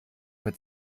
mit